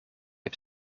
heb